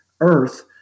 Earth